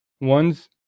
one's